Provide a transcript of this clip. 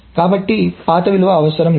కాబట్టి పాత విలువ అవసరం లేదు